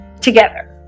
together